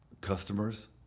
customers